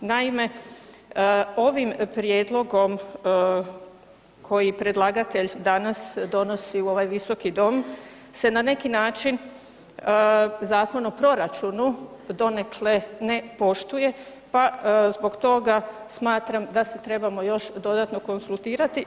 Naime, ovim prijedlogom koji predlagatelj danas donosi u ovaj Visoki dom se na neki način Zakon o proračunu donekle ne poštuje pa zbog toga smatram da se trebamo još dodatni konzultirati.